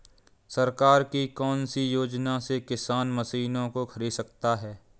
सरकार की कौन सी योजना से किसान मशीनों को खरीद सकता है?